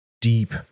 deep